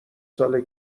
ساله